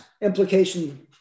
implication